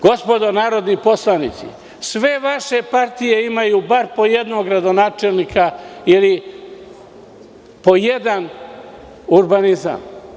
Gospodo narodni poslanici, sve vaše partije imaju bar po jednog gradonačelnika ili po jedan urbanizam.